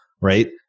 Right